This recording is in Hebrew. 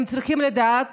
הם צריכים לדעת